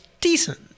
decent